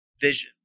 visions